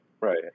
Right